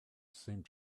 seemed